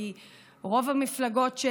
כי רוב המפלגות,